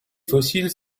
fossiles